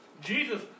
Jesus